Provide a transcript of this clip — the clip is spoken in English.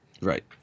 right